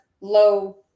low